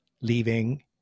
leaving